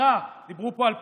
בעיירה, דיברו פה על פריצים,